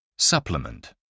Supplement